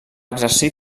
exercir